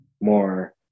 more